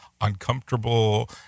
uncomfortable